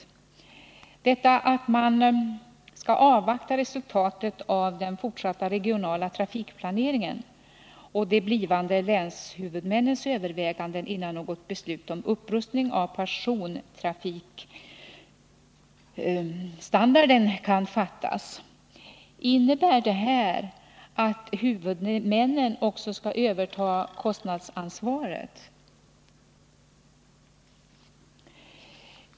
Innebär det förhållandet att ”man skall avvakta resultatet av den fortsatta regionala trafikplaneringen och de blivande länshuvudmännens överväganden innan något beslut om upprustning av persontrafikstandarden kan fattas” att huvudmännen också skall överta kostnadsansvaret?